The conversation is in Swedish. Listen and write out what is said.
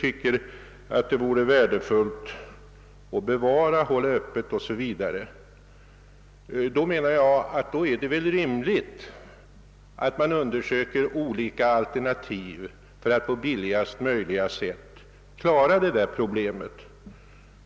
anser att det vore värdefullt att exempelvis 100 hektar mark vid Siljan bevaras, anser jag det rimligt att olika alternativ undersöks för att på billigast möjliga sätt lösa problemet.